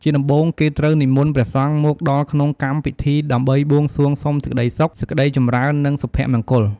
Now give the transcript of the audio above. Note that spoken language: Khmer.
ជាដំបូងគេត្រូវនិមន្តព្រះសង្ឃមកដល់ក្នុងកម្មពិធីដើម្បីបួងសួងសុំសេចក្ដីសុខ សេចក្ដីចម្រើន និងសុភមង្គល។